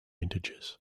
integers